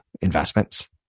investments